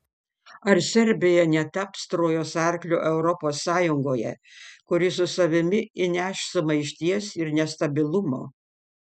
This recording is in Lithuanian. ar serbija netaps trojos arkliu europos sąjungoje kuris su savimi įneš sumaišties ir nestabilumo